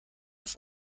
auf